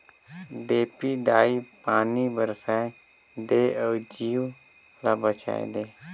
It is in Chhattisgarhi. देपी दाई पानी बरसाए दे अउ जीव ल बचाए दे